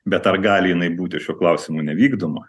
bet ar gali jinai būti šiuo klausimu nevykdoma